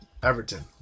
Everton